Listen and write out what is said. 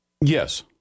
Yes